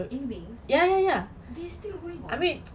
in winx they still going on